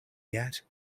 yet